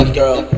Girl